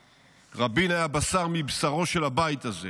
רבין היה בשר מבשרו של הבית הזה